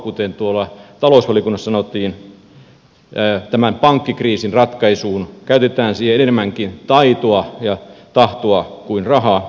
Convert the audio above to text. kuten talousvaliokunnassa sanottiin käytetään tämän pankkikriisin ratkaisuun enemmänkin taitoa ja tahtoa kuin rahaa